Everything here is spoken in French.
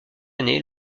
année